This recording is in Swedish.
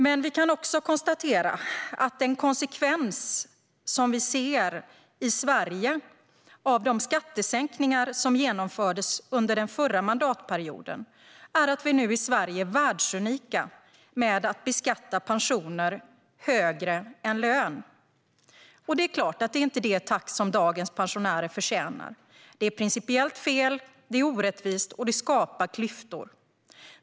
Men en konsekvens av de skattesänkningar som genomfördes under förra mandatperioden är att Sverige nu är världsunikt i att beskatta pensioner högre än lön. Det är inte det tack som dagens pensionärer förtjänar. Det är principiellt fel, det är orättvist och det skapar klyftor.